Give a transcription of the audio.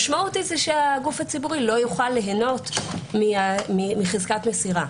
המשמעות היא שהגוף הציבורי לא יוכל ליהנות מחזקת מסירה